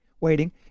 waiting